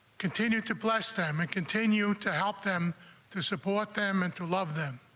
continue to bless them and continue to help them to support them and to love them.